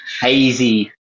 hazy